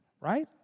right